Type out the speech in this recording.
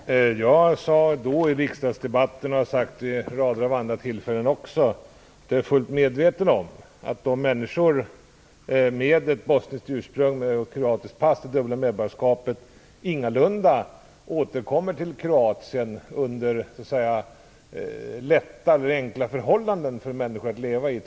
Fru talman! Jag sade i riksdagsdebatten, och jag har också sagt det vid en rad andra tillfällen, att jag är fullt medveten om att de människor med bosniskt ursprung och kroatiskt pass, med det dubbla medborgarskapet, ingalunda återkommer till Kroatien till förhållanden som det är lätt att leva under.